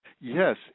Yes